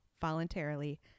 voluntarily